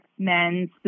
men's